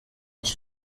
nshya